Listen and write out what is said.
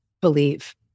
believe